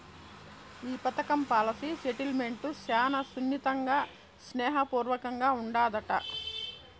ఈ పదకం policy settlement శానా సున్నితంగా, స్నేహ పూర్వకంగా ఉండాదట